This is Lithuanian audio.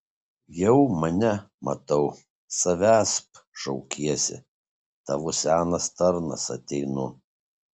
jau mane matau savęsp šaukiesi tavo senas tarnas ateinu